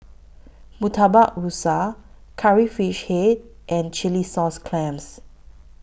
Murtabak Rusa Curry Fish Head and Chilli Sauce Clams